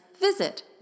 visit